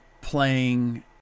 playing